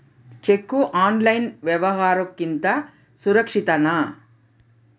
Cheque online ವ್ಯವಹಾರುಕ್ಕಿಂತ ಸುರಕ್ಷಿತನಾ?